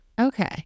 okay